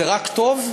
זה רק טוב?